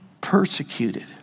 persecuted